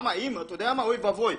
אוי ואבוי,